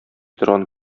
торган